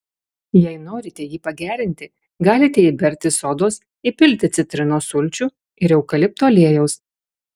jei norite jį pagerinti galite įberti sodos įpilti citrinos sulčių ir eukalipto aliejaus